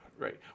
right